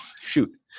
shoot